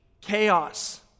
chaos